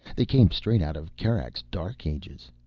they came straight out of kerak's dark ages.